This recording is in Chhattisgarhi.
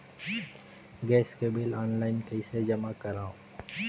गैस के बिल ऑनलाइन कइसे जमा करव?